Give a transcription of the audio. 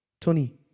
Tony